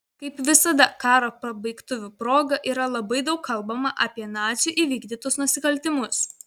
kaip visada karo pabaigtuvių proga yra labai daug kalbama apie nacių įvykdytus nusikaltimus